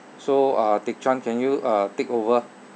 so uh teck chuan can you uh take over